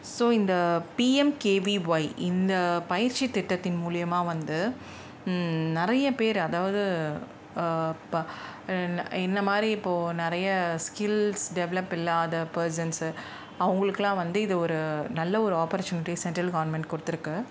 so இந்த PMKVY இந்த பயிற்சி திட்டத்தின் மூலியமாக வந்து நிறைய பேர் அதாவது ப என்ன என்ன மாரி இப்போ நிறைய ஸ்கில்ஸ் டெவலப் இல்லாத பர்சன்ஸ்ஸு அவங்களுக்குலாம் வந்து இது ஒரு நல்ல ஒரு ஆபர்ச்சுனிடி சென்ட்ரல் கவர்மெண்ட் கொடுத்துருக்கு